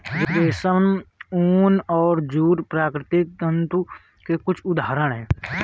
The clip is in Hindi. रेशम, ऊन और जूट प्राकृतिक तंतु के कुछ उदहारण हैं